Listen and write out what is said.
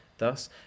Thus